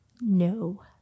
no